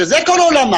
שספורט הוא כל עולמם,